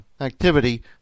activity